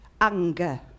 anger